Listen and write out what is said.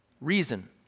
reason